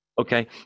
Okay